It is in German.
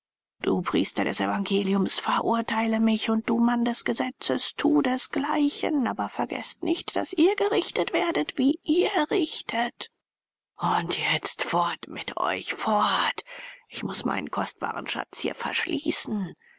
du priester des evangeliums verurteile mich und du mann des gesetzes thu desgleichen aber vergeßt nicht daß ihr gerichtet werdet wie ihr richtet und jetzt fort mit euch fort ich muß meinen kostbaren schatz hier verschließen